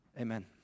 Amen